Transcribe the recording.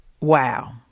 Wow